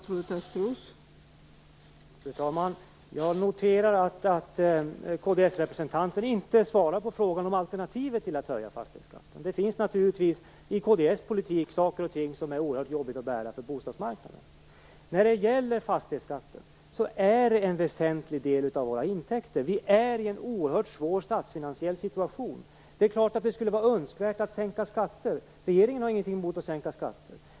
Fru talman! Jag noterar att kd-representanten inte svarar på frågan om alternativet till att höja fastighetsskatten. Det finns naturligtvis saker i Kristdemokraternas politik som är oerhört jobbiga att bära för bostadsmarknaden. Fastighetsskatten är en väsentlig del av våra intäkter. Vi är i en oerhört svår statsfinansiell situation. Det är klart att det skulle vara önskvärt att sänka skatter. Regeringen har ingenting emot att sänka skatter.